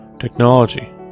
technology